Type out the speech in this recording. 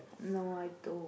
no I don't